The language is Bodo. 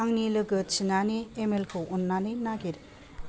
आंनि लोगो टिनानि एमेलखौ अन्नानै नागिर